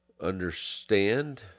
understand